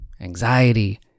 anxiety